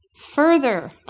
further